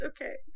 Okay